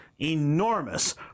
enormous